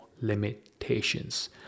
limitations